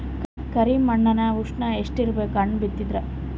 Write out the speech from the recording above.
ಕರಿ ಮಣ್ಣಿನ ಉಷ್ಣ ಎಷ್ಟ ಇರಬೇಕು ಹಣ್ಣು ಬಿತ್ತಿದರ?